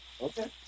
Okay